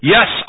Yes